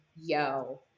yo